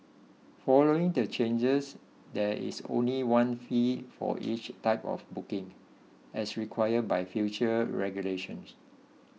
following the changes there is only one fee for each type of booking as required by future regulations